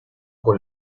con